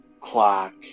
clock